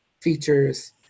features